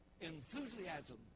Enthusiasm